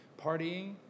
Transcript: partying